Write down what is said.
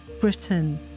Britain